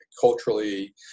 culturally